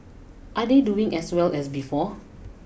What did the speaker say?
are they doing as well as before